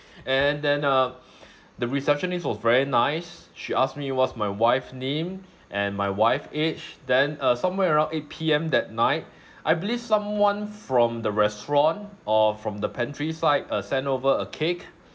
and then uh the receptionist was very nice she asked me what's my wife name and my wife age then uh somewhere around eight P_M that night I believe someone from the restaurant or from the pantry side uh send over a cake